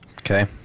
Okay